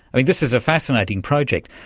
like this is a fascinating project.